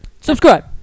Subscribe